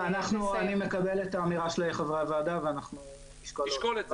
אני מקבל את האמירה של חברי הוועדה ואנחנו נשקול את זה.